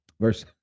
verse